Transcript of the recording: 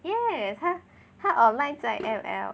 yes 他他 online 在 M_L